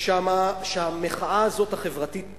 שהמחאה החברתית הזאת,